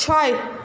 ছয়